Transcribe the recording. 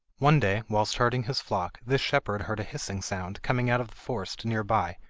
one day, whilst herding his flock, this shepherd heard a hissing sound, coming out of the forest near by,